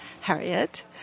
Harriet